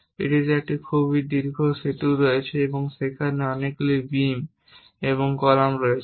এটিতে একটি খুব দীর্ঘ সেতু রয়েছে এবং সেখানে অনেকগুলি বিম এবং কলাম রয়েছে